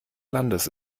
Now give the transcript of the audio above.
landes